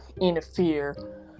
interfere